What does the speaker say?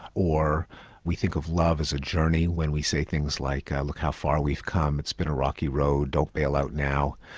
or we think of love as a journey when we say things like look how far we've come, it's been a rocky road, don't bale out now,